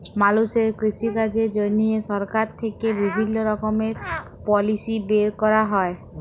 মালুষের কৃষিকাজের জন্হে সরকার থেক্যে বিভিল্য রকমের পলিসি বের ক্যরা হ্যয়